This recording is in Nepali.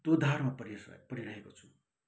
दोधारमा परिरहेछु परिरहेको छु